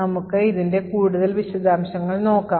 നമുക്ക് ഇതിൻറെ കൂടുതൽ വിശദാംശങ്ങൾ നോക്കാം